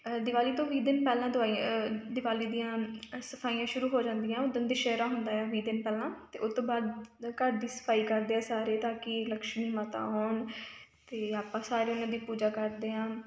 ਦਿਵਾਲੀ ਤੋਂ ਵੀਹ ਦਿਨ ਪਹਿਲਾਂ ਦਵਾਈ ਦਿਵਾਲੀ ਦੀਆਂ ਸਫ਼ਾਈਆਂ ਸ਼ੁਰੂ ਹੋ ਜਾਂਦੀਆਂ ਉੱਦਣ ਦੁਸਹਿਰਾ ਹੁੰਦਾ ਆ ਵੀਹ ਦਿਨ ਪਹਿਲਾਂ ਅਤੇ ਉਸ ਤੋਂ ਬਾਅਦ ਘਰ ਦੀ ਸਫ਼ਾਈ ਕਰਦੇ ਆ ਸਾਰੇ ਤਾਂ ਕਿ ਲਕਸ਼ਮੀ ਮਾਤਾ ਆਉਣ ਅਤੇ ਆਪਾਂ ਸਾਰੇ ਉਹਨਾਂ ਦੀ ਪੂਜਾ ਕਰਦੇ ਹਾਂ